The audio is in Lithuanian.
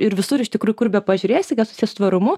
ir visur iš tikrųjų kur bepažiūrėsi susiję su tvarumu